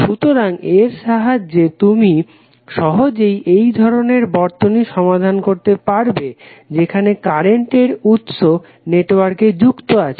সুতরাং এর সাহায্যে তুমি সহজেই এইধরনের বর্তনী সমাধান করতে পারবে যেখানে কারেন্ট উৎস নেটওয়ার্কে যুক্ত আছে